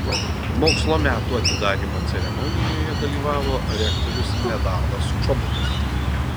mokslo metų atidarymo ceremonijoje dalyvavo rektorius medardas čobotas